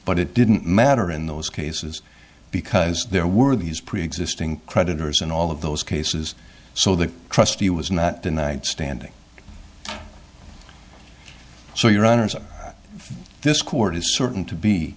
but it didn't matter in those cases because there were these preexisting creditors in all of those cases so the trustee was not tonight standing so your honor this court is certain to be